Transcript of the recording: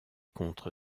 contre